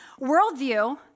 worldview